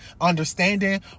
understanding